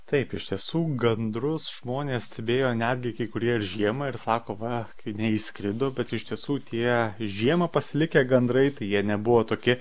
taip iš tiesų gandrus žmonės stebėjo netgi kai kurie ir žiemą ir sako va kai neišskrido bet iš tiesų tie žiemą pasilikę gandrai tai jie nebuvo tokie